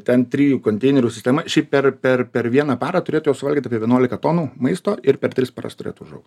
ten trijų konteinerių sistema šiaip per per per vieną parą turėtų jos suvalgyt apie vienuolika tonų maisto ir per tris paras turėtų užaugt